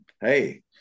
hey